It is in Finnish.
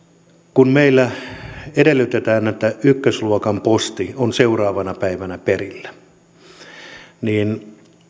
kun meillä edellytetään että ykkösluokan posti on seuraavana päivänä perillä niin